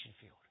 field